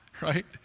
right